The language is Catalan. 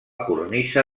cornisa